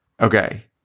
Okay